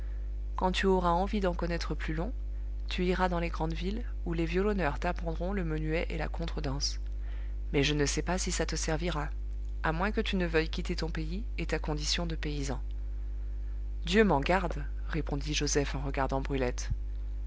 quand tu auras envie d'en connaître plus long tu iras dans les grandes villes où les violoneurs t'apprendront le menuet et la contredanse mais je ne sais pas si ça te servira à moins que tu ne veuilles quitter ton pays et ta condition de paysan dieu m'en garde répondit joseph en regardant brulette